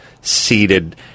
seated